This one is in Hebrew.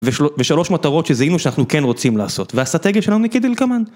ושלוש מטרות שזהינו שאנחנו כן רוצים לעשות, והאסטרטגיה שלנו היא כדלקמן.